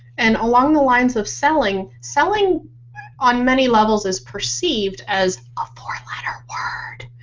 and along the lines of selling, selling on many levels is perceived as a four letter word.